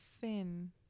thin